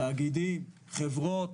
תאגידים, חברות,